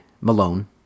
Malone